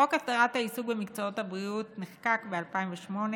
חוק הסדרת העיסוק במקצועות הבריאות נחקק ב-2008,